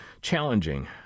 challenging